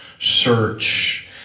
search